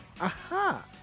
Aha